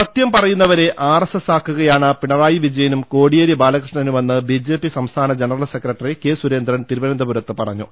സത്യം പറയുന്നവരെ R S S ആക്കുകയാണ് പിണ റായി വിജയനും കോടിയേരി ബാലകൃഷ്ണനുമെന്ന് ബി ജെ പി സംസ്ഥാന ജനറൽ സെക്രട്ടറി കെ സുരേന്ദ്രൻ തിരുവനന്തപുരത്ത് പറഞ്ഞു